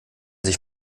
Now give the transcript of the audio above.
sich